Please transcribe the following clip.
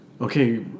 okay –